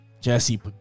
Jesse